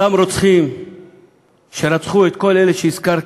אותם רוצחים שרצחו את כל אלה שהזכרתי,